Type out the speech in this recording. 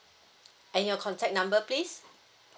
and your contact number please